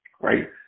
right